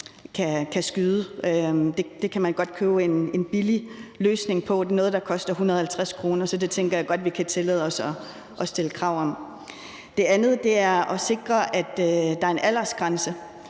Det kan man godt købe en ret billig løsning på; det er noget, der koster 150 kr., så det tænker jeg at vi godt kan tillade os at stille krav om. Det andet er i forhold til at sikre, at der er en aldersgrænse,